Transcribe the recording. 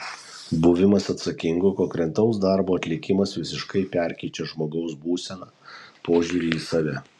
buvimas atsakingu konkretaus darbo atlikimas visiškai perkeičią žmogaus būseną požiūrį į save